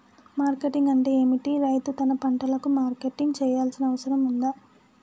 Marketing అంటే ఏమిటి? రైతు తన పంటలకు మార్కెటింగ్ చేయాల్సిన అవసరం ఉందా?